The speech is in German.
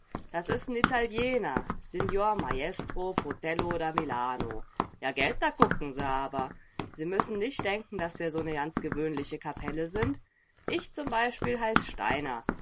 das is n italiener signor maestro potello da milano ja gelt da gucken se aber sie müssen nich denken daß wir so ne ganz gewöhnliche kapelle sind ich z b heiß steiner